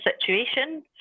situation